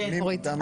תודה.